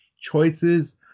choices